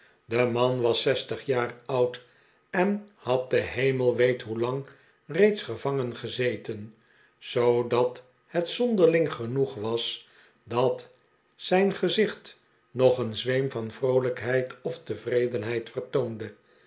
de man was zestig jaar oud en had de heme weet hoelang reeds gevangen gezeten zoodat het zonderling genoeg was dat zijn gezicht nog een zweem van vroolijkheid of tevredenheid vertoonde